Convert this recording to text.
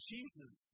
Jesus